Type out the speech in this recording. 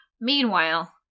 Meanwhile